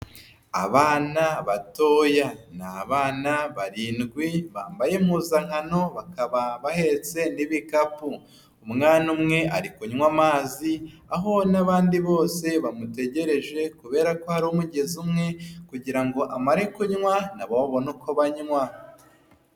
Abana batoya ni abana barindwi. Bambaye impuzankano, bakaba bahetse n'ibikapu. Umwana umwe ari kunywa amazi aho n'abandi bose bamutegereje, kubera ko hari umugezi umwe; kugira ngo amare kunywa, na bo babona uko banywa.